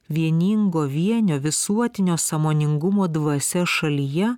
vieningo vienio visuotinio sąmoningumo dvasia šalyje